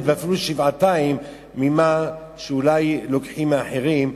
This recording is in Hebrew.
ואפילו שבעתיים ממה שאולי לוקחים מאחרים.